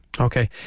Okay